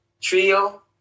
TRIO